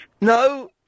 No